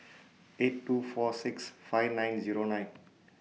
eight two four six five nine Zero nine